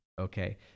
Okay